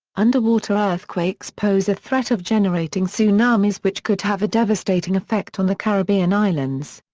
underwater earthquakes pose a threat of generating tsunamis which could have a devastating effect on the caribbean islands.